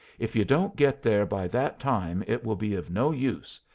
if you don't get there by that time it will be of no use,